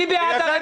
מי בעד הרוויזיה?